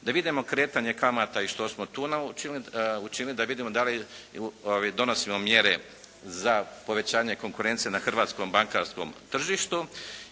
da vidimo kretanje kamata i što smo tu učinili, da vidimo da li donosimo mjere za povećanje konkurencije na hrvatskom bankarskom tržištu